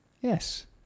Yes